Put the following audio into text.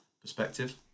perspective